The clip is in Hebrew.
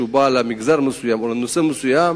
שבא למגזר מסוים או לנושא מסוים,